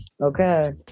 Okay